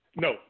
No